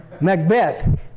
Macbeth